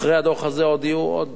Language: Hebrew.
אחרי הדוח הזה עוד יהיו עוד.